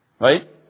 right